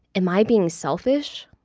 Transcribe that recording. am i being selfish?